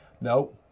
No